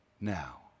now